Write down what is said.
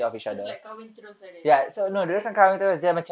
just like kahwin terus lah dia dia straight